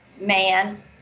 man